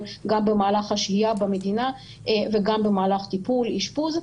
גם במהלך השהייה במדינה וגם במהלך טיפול ואשפוז.